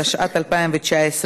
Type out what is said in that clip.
התשע"ט 2019,